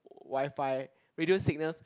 WiFi radio signals